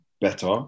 better